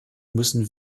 müssen